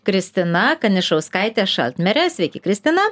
kristina kanišauskaite šaltmere sveiki kristina